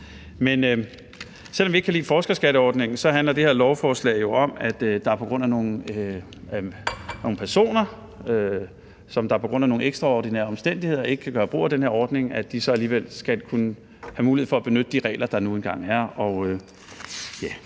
Men selv om vi ikke kan lide forskerskatteordningen, handler det her lovforslag jo om, at nogle personer, som på grund af nogle ekstraordinære omstændigheder ikke kan gøre brug af den her ordning, så alligevel skal kunne have mulighed for at benytte de regler, der nu engang er.